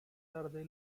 tarde